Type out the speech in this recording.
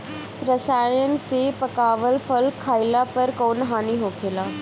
रसायन से पकावल फल खइला पर कौन हानि होखेला?